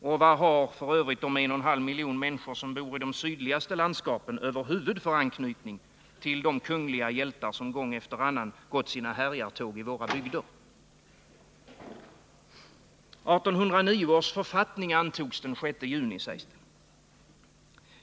Och vad har f. ö. de en och en halv miljon människor som bor i de sydligaste landskapen över huvud taget för anknytning till de kungliga hjältar som gång efter annan gått sina härjartåg i deras bygder? 1809 års författning antogs den 6 juni, sägs det.